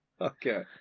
Okay